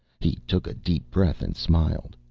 he took a deep breath and smiled.